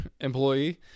employee